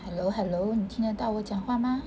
hello hello 你听得到我讲话吗